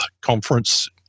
Conference